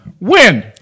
Win